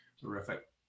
Terrific